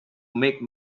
make